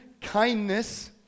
kindness